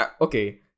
okay